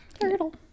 Turtle